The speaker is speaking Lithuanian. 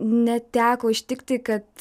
neteko užtikti kad